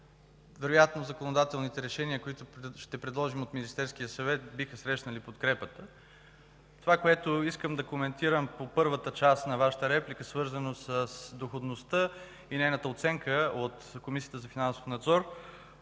вероятно законодателните решения, които ще предложим от Министерския съвет, биха срещнали подкрепа. Това, което искам да коментирам по първата част от Вашата реплика, е свързано с доходността и нейната оценка от Комисията за финансов надзор.